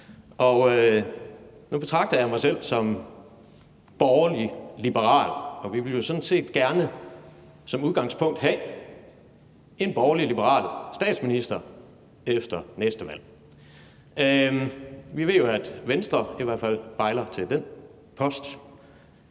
Nu betragter jeg mig selv som borgerlig-liberal, og vi ville jo sådan set gerne som udgangspunkt have en borgerlig-liberal statsminister efter næste valg. Vi ved jo, at Venstre i hvert fald bejler til den post,